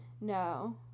No